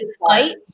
fight